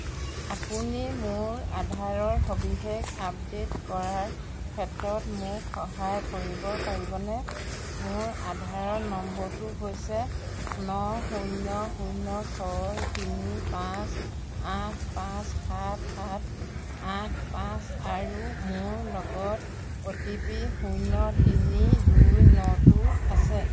আপুনি মোৰ আধাৰৰ সবিশেষ আপডে'ট কৰাৰ ক্ষেত্ৰত মোক সহায় কৰিব পাৰিবনে মোৰ আধাৰ নম্বৰটো হৈছে ন শূন্য শূন্য ছয় তিনি পাঁচ আঠ পাঁচ সাত সাত আঠ পাঁচ আৰু মোৰ লগত অ' টি পি শূন্য তিনি দুই নটো আছে